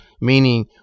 Meaning